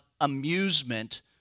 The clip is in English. amusement